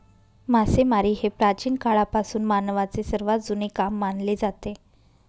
मासेमारी हे प्राचीन काळापासून मानवाचे सर्वात जुने काम मानले जाते